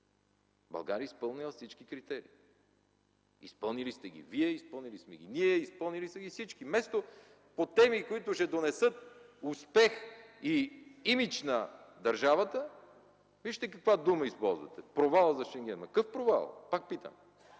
България е изпълнила всички критерии. Изпълнили сте ги вие, изпълнили сме ги ние, изпълнили са ги всички. Вместо по теми, които ще донесат успех и имидж на държавата, вижте каква дума използвате – „провала” за Шенген. Какъв провал? Пак питам.